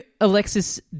Alexis